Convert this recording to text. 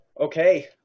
Okay